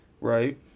right